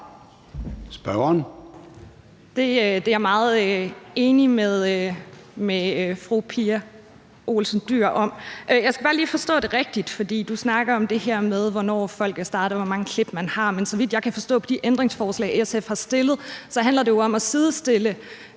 Det er jeg meget enig med fru Pia Olsen Dyhr i. Jeg skal bare lige forstå det rigtigt. Du snakker om det her med, hvornår folk er startet, og hvor mange klip man har, men så vidt jeg kan forstå på de ændringsforslag, SF har stillet, handler det jo om at sidestille